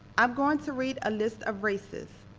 i'm going to read a list of races.